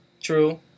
True